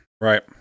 right